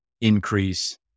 increase